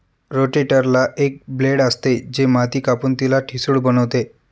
रोटेटरला एक ब्लेड असते, जे माती कापून तिला ठिसूळ बनवते